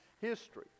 history